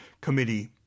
committee